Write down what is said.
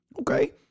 okay